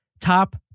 Top